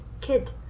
kid